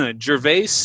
Gervais